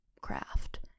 craft